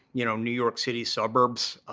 you know, new york city suburbs,